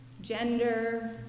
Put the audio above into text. gender